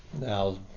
Now